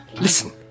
Listen